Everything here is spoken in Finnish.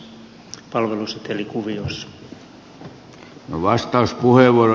arvoisa herra puhemies